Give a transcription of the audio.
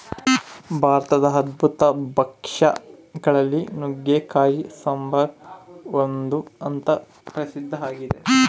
ಭಾರತದ ಅದ್ಭುತ ಭಕ್ಷ್ಯ ಗಳಲ್ಲಿ ನುಗ್ಗೆಕಾಯಿ ಸಾಂಬಾರು ಒಂದು ಅಂತ ಪ್ರಸಿದ್ಧ ಆಗಿದೆ